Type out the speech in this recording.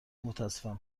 متاسفم